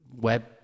web